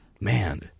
man